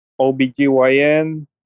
OBGYN